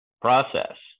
process